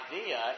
idea